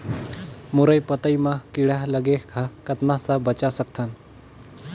मुरई पतई म कीड़ा लगे ह कतना स बचा सकथन?